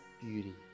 beauty